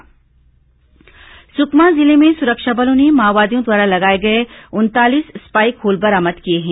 माओवादी spike hole Sukma जिले में सुरक्षा बलों ने माओवादियों द्वारा लगाए गए उनतालीस स्पाइक होल बरामद किए हैं